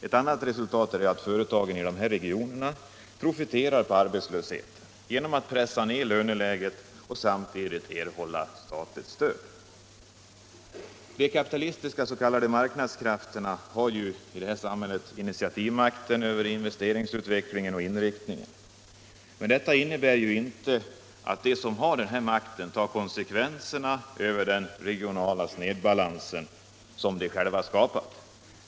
Ett annat resultat är att företag i dessa regioner profiterar på arbetslöshet genom att pressa ned lönenivån och samtidigt erhålla statligt stöd. De kapitalistiska s.k. marknadskrafterna har initiativmakten över investeringsutveckling och inriktning. Men detta innebär inte att de som har denna makt tar konsekvenserna av den regionala snedbalans som de själva skapat.